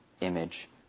image